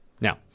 Now